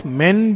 men